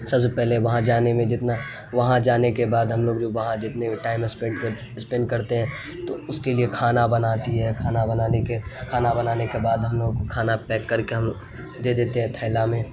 سب سے پہلے وہاں جانے میں جتنا وہاں جانے کے بعد ہم لوگ جو وہاں جتنے ٹائم اسپنڈ اسپنڈ کرتے ہیں تو اس کے لیے کھانا بناتی ہے کھانا بنانے کے کھانا بنانے کے بعد ہم لوگوں کو کھانا پیک کر کے ہم دے دیتے ہیں تھیلا میں